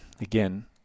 again